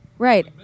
Right